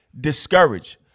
discouraged